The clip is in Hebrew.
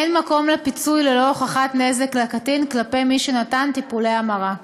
אין מקום לפיצוי ללא הוכחת נזק לקטין כלפי מי שנתן טיפולי המרה.